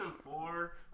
four